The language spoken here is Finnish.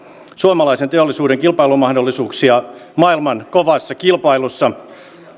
suomalaisen teollisuuden kilpailumahdollisuuksia maailman kovassa kilpailussa